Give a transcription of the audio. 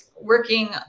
working